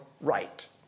right